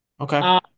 Okay